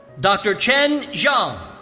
dr. chen jiang.